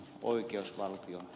arvoisa puhemies